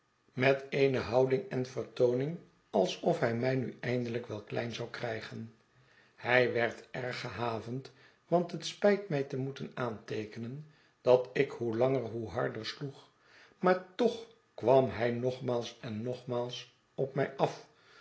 met eene houding en vertooning alsof hij mij nu eindelijk wel klein zou krijgen hij werd erg gehavend want het spijt mij te moeten aanteekenen dat ik hoe langer hoe harder sloeg maar toch kwam hij nogmaals en nogmaals op mij af